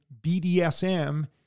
BDSM